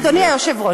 אדוני היושב-ראש,